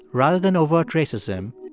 rather than overt racism,